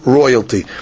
royalty